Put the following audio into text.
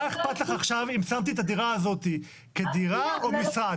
מה איכפת לך עכשיו אם שמתי את הדירה הזאת כדירה או משרד?